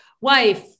wife